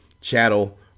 chattel